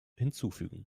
hinzufügen